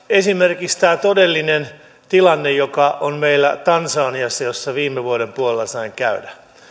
esimerkiksi vaikka tämä todellinen tilanne joka on meillä tansaniassa jossa viime vuoden puolella sain käydä